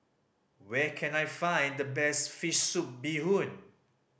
where can I find the best fish soup bee hoon